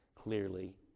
Clearly